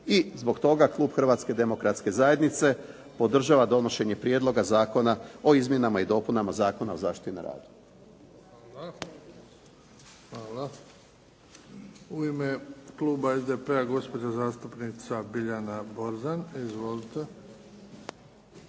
i zbog toga klub Hrvatske demokratske zajednice podržava donošenje Prijedloga zakona o izmjenama i dopunama Zakona o zaštiti na radu. **Bebić, Luka (HDZ)** Hvala. U ime kluba SDP-a gospođa zastupnica Biljana Borzan. Izvolite.